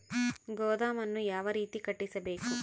ಗೋದಾಮನ್ನು ಯಾವ ರೇತಿ ಕಟ್ಟಿಸಬೇಕು?